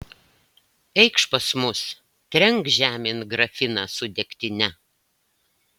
eikš pas mus trenk žemėn grafiną su degtine